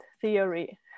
theory